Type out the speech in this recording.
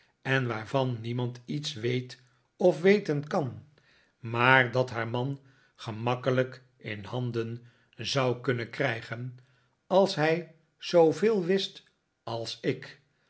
en waarvan niemand iets weet of weten kan maar dat haar man gemakkelijk in handen zou kunnen krijgen nikolaas nickleby als hij zooveel wist als ik